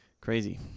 Crazy